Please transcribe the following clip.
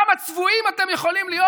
כמה צבועים אתם יכולים להיות?